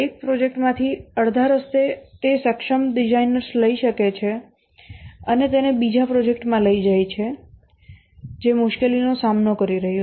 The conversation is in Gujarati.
એક પ્રોજેક્ટમાંથી અડધા રસ્તે તે સક્ષમ ડિઝાઇનર્સ લઈ શકે છે તેને બીજા પ્રોજેક્ટમાં લઈ જાયછે જે મુશ્કેલીનો સામનો કરી રહ્યો છે